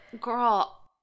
girl